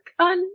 on